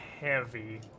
heavy